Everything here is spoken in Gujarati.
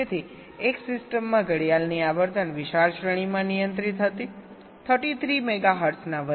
તેથી એક સિસ્ટમમાં ઘડિયાળની આવર્તન વિશાળ શ્રેણીમાં નિયંત્રિત હતી 33 મેગાહર્ટ્ઝના વધારાથી 200 થી 700 મેગાહર્ટ્ઝ